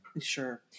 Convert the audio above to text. Sure